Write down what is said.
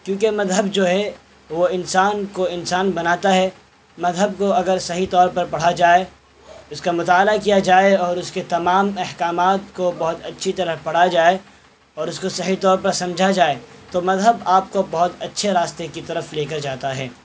کیونکہ مذہب جو ہے وہ انسان کو انسان بناتا ہے مذہب کو اگر صحیح طور پر پڑھا جائے اس کا مطالعہ کیا جائے اور اس کے تمام احکامات کو بہت اچھی طرح پڑھا جائے اور اس کو صحیح طور پر سمجھا جائے تو مذہب آپ کو بہت اچھے راستے کی طرف لے کر جاتا ہے